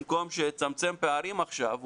במקום שיצמצם פערים עכשיו,